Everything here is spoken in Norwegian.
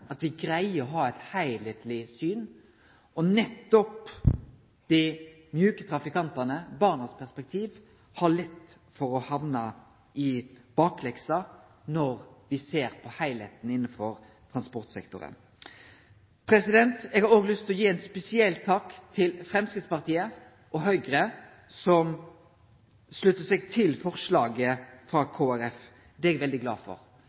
at me greier å ha eit heilskapleg syn på dette, og nettopp dei mjuke trafikantane, barnas perspektiv, har lett for å hamne i bakleksa når me ser på heilskapen innanfor transportsektoren. Eg har òg lyst å rette ei spesiell takk til Framstegspartiet og Høgre, som sluttar seg til forslaget frå Kristeleg Folkeparti. Det er eg veldig glad for.